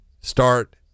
start